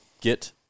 get